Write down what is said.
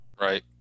Right